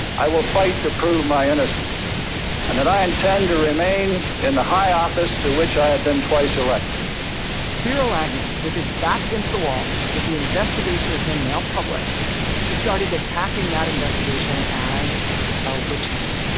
i will fight to prove my innocence and that i intend to remain in the high office to which i have been twice elected spiro agnew with his back against the wall, with the investigation of him now public he started attacking that investigation as a witch-hunt,